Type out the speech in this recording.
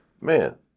Man